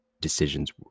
decisions